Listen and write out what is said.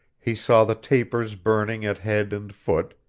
he saw the tapers burning at head and foot,